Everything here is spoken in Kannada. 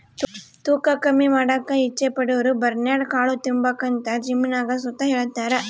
ತೂಕ ಕಮ್ಮಿ ಮಾಡಾಕ ಇಚ್ಚೆ ಪಡೋರುಬರ್ನ್ಯಾಡ್ ಕಾಳು ತಿಂಬಾಕಂತ ಜಿಮ್ನಾಗ್ ಸುತ ಹೆಳ್ತಾರ